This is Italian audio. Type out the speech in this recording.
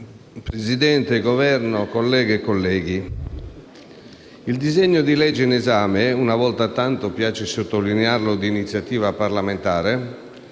del Governo, colleghe e colleghi, il disegno di legge in esame, che, una volta tanto (e piace sottolinearlo), è di iniziativa parlamentare,